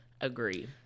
agree